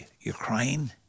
Ukraine